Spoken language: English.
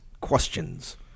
questions